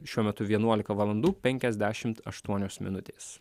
šiuo metu vienuolika valandų penkiasdešimt aštuonios minutės